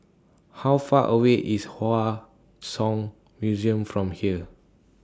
How Far away IS Hua Song Museum from here